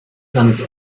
seines